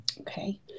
Okay